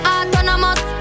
Autonomous